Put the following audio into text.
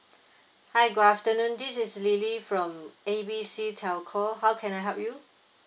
hi good afternoon this is lily from A B C telco how can I help you